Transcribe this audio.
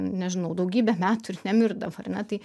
nežinau daugybę metų ir nemirdavo ar ne tai